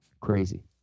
crazy